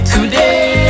Today